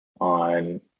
on